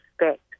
respect